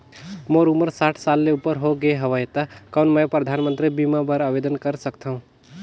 मोर उमर साठ साल ले उपर हो गे हवय त कौन मैं परधानमंतरी बीमा बर आवेदन कर सकथव?